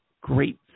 great